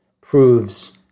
proves